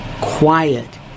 quiet